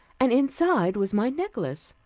and inside was my necklace,